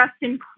Justin